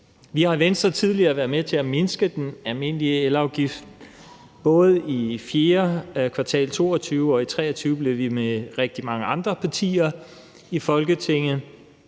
Vi i Venstre har tidligere været med til at mindske den almindelige elafgift. Både i fjerde kvartal af 2022 og i 2023 blev vi med rigtig mange andre partier i Folketinget